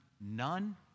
none